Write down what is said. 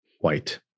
white